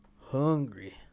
hungry